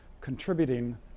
contributing